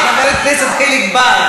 חבר הכנסת חיליק בר.